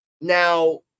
Now